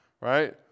right